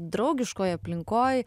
draugiškoj aplinkoj